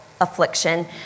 affliction